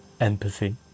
empathy